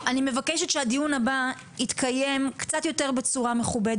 אני מבקשת שהדיון הבא יתקיים בצורה קצת יותר מכובדת,